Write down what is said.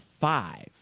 five